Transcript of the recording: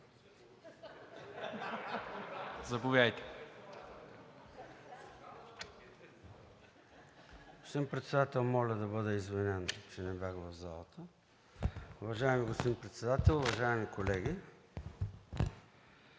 (ДПС): Господин Председател, моля да бъда извинен, че не бях в залата. Уважаеми господин Председател, уважаеми колеги!